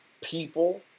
people